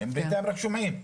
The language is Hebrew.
הם בינתיים רק שומעים,